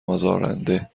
آزارنده